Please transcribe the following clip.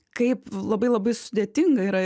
kaip labai labai sudėtinga yra